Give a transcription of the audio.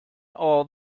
all